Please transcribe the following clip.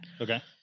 Okay